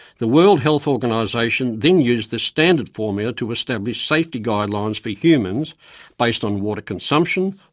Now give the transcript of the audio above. the world health organisation then used this standard formula to establish safety guidelines for humans based on water consumption,